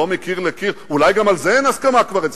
לא מקיר לקיר אולי גם על זה כבר אין הסכמה אצלכם,